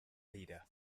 leader